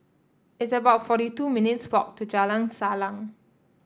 it's about forty two minutes' walk to Jalan Salang